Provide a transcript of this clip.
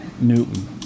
Newton